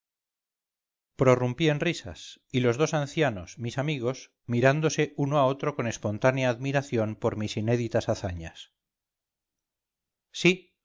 prorrumpí en risas y los dos ancianos mis amigos mirándose uno a otro con espontánea admiración por mis inéditas hazañas sí